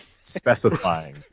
specifying